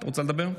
אתה רוצה לדבר?